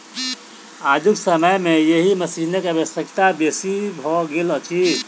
आजुक समय मे एहि मशीनक आवश्यकता बेसी भ गेल अछि